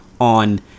on